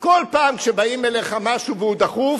פעם שבאים אליך עם משהו והוא דחוף,